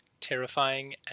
terrifying